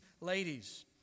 ladies